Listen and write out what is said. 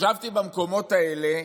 ישבתי במקומות האלה